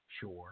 sure